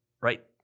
right